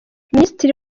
minisitiri